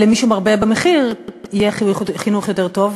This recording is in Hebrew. למי שמרבה במחיר יהיה חינוך יותר טוב,